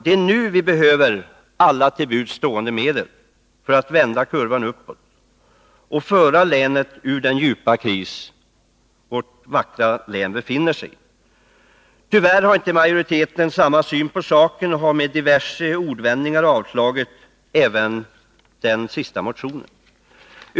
Det är nu vi behöver alla till buds stående medel för att vända kurvan uppåt och föra vårt vackra län ur den djupa kris där det befinner sig. Tyvärr har inte utskottsmajoriteten samma syn på saken, och den har med diverse ordvändningar avstyrkt även denna motion.